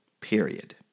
period